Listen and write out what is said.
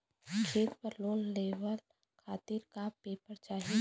खेत पर लोन लेवल खातिर का का पेपर चाही?